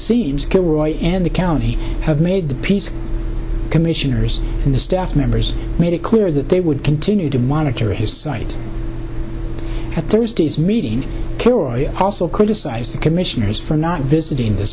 kilroy and the county have made the peace commissioners and the staff members made it clear that they would continue to monitor his site at thursday's meeting kilroy also criticized the commissioners for not visiting the